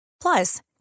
Plus